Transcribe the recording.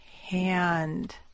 hand